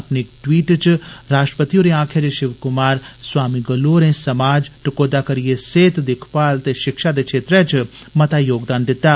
अपने इक ट्वीट च राश्ट्रपति होरें आक्खेआ जे षिव कुमार स्वामी गलू होरें समाज टकोहदा करिये सेहत दिक्खभाल ते षिक्षा दे क्षेत्रै च मता योगदान दिात ऐ